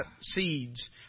seeds